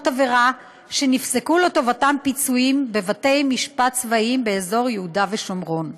עבירה שנפסקו לטובתם פיצויים בבתי משפט צבאיים באזור יהודה ושומרון.